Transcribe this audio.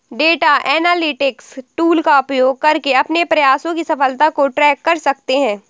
data analytics tool का उपयोग करके अपने प्रयासों की सफलता को ट्रैक कर सकते है